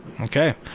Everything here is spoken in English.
Okay